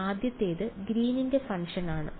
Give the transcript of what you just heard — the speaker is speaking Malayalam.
അതിനാൽ ആദ്യത്തേത് ഗ്രീനിന്റെ ഫംഗ്ഷൻ ആണ്